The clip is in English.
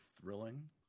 thrilling